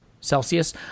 Celsius